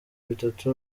bitatu